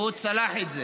והוא צלח את זה.